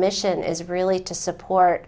mission is really to support